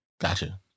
Gotcha